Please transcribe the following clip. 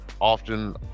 Often